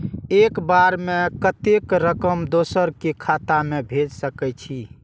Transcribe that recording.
एक बार में कतेक रकम दोसर के खाता में भेज सकेछी?